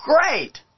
Great